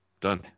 Done